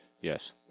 Yes